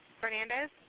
Fernandez